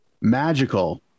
magical